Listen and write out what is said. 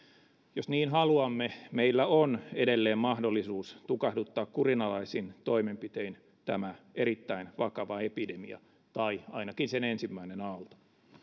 jos niin haluamme meillä on edelleen mahdollisuus tukahduttaa kurinalaisin toimenpitein tämä erittäin vakava epidemia tai ainakin sen ensimmäinen aalto